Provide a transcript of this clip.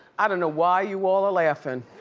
i don't know why you all are laughing.